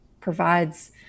provides